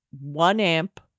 one-amp